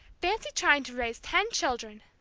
fancy trying to raise ten children!